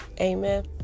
Amen